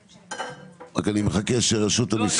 רק אני מחכה שרשות המיסים.